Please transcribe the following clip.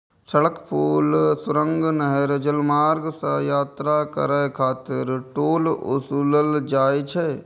सड़क, पुल, सुरंग, नहर, जलमार्ग सं यात्रा करै खातिर टोल ओसूलल जाइ छै